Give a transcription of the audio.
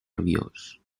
rabiós